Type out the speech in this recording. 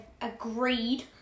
agreed